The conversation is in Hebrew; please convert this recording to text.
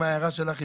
האחרונה,